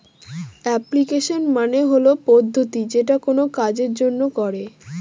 application মানে হল পদ্ধতি যেটা কোনো কাজের জন্য করে